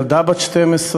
ילדה בת 12,